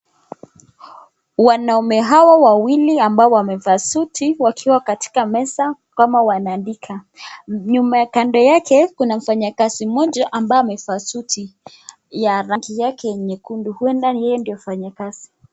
Wanaume hawa wawili ambao wamevaa suti wakiwa katika meza kama wanaandika. Kando yake kuna mfanyikazi mmoja ambao amevaa suti ya rangi yake nyekundu huenda yeye ndo mfanyakazi.